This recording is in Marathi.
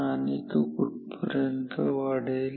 आणि तो कुठपर्यंत वाढेल